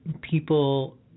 people